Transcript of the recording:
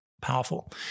powerful